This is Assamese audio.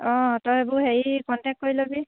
অঁ তই এইবোৰ হেৰি কণ্টেক্ট কৰি ল'বি